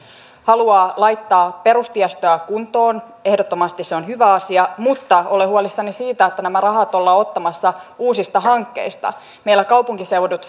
haluaa laittaa perustiestöä kuntoon ehdottomasti se on hyvä asia mutta olen huolissani siitä että nämä rahat ollaan ottamassa uusista hankkeista meillä kaupunkiseudut